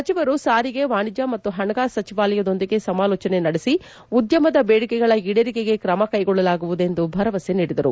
ಸಚಿವರು ಸಾರಿಗೆ ವಾಣಿಜ್ಯ ಮತ್ತು ಹಣಕಾಸು ಸಚಿವಾಲಯದೊಂದಿಗೆ ಸಮಾಲೋಚನೆ ನಡೆಸಿ ಉದ್ಯಮದ ಬೇಡಿಕೆಗಳ ಈಡೇರಿಕೆಗೆ ಕ್ರಮಕೈಗೊಳ್ಳಲಾಗುವುದು ಎಂದು ಭರವಸೆ ನೀಡಿದರು